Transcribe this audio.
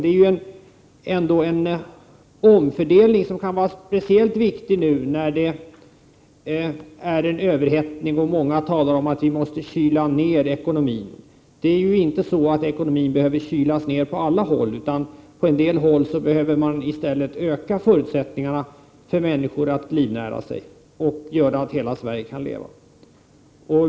Det är ju fråga om en omfördelning som kan vara speciellt viktig nu då vi har en överhettning och många talar om att vi är tvungna att kyla ned ekonomin. Ekonomin behöver ju inte kylas ned på alla håll. På en del håll behöver man i stället öka förutsättningarna för människor att livnära sig, så att hela Sverige kan leva.